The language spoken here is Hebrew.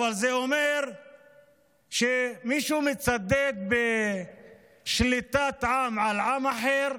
אבל זה אומר שמישהו מצדד בשליטת עם על עם אחר,